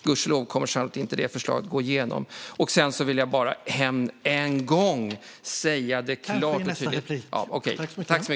Gudskelov kommer inte ert förslag att gå igenom.